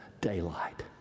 daylight